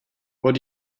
what